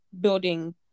building